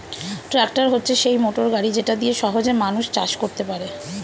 tractor হচ্ছে সেই motor গাড়ি যেটা দিয়ে সহজে মানুষ চাষ করতে পারে